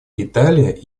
италия